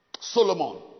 Solomon